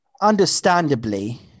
understandably